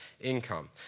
income